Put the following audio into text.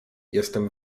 jestem